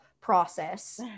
process